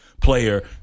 player